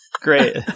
Great